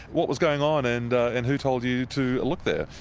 what was going on and and who told you to look there?